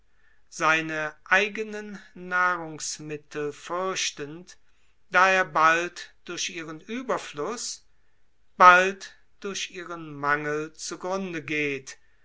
seine eigenen nahrungsmittel fürchtend da er bald durch ihren ueberfluß bald durch ihren mangel zu grunde geht